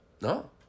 No